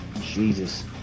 Jesus